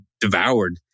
devoured